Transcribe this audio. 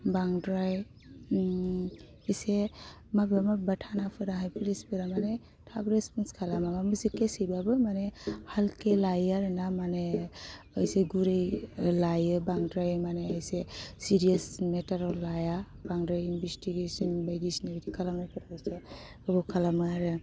बांद्राय एसे माबेबा माबेबा तानाफोराहाय पुलिसफोरा माने थाब रेसपन्स खालामा माबा मोनसे केसहैबाबो माने हालके लायो आरोना माने ओइ जे गुरै लायो बांद्राय माने एसे सिरियास मेटाराव लाया बांद्राय इनभेस्टिगेसन बायदिसिना इदि खालामनायफोरखौसो गोबाव खालामो आरो